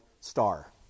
star